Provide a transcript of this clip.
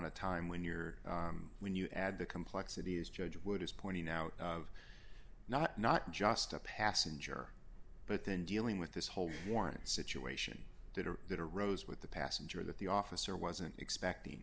of time when you're when you add the complexities judge wood is pointing out of not not just a passenger but then dealing with this whole warrant situation that are going to rose with the passenger that the officer wasn't expecting